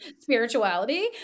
Spirituality